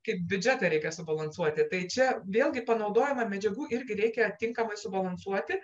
kaip biudžetą reikia subalansuoti tai čia vėlgi panaudojama medžiagų irgi reikia tinkamai subalansuoti